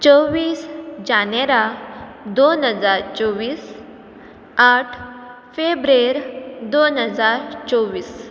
चोवीस जानेरा दोन हजार चोवीस आठ फेब्रेर दोन हजार चोवीस